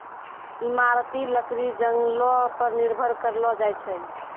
इमारती लकड़ी जंगलो पर निर्भर करलो जाय छै